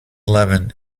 leven